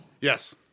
Yes